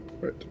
Right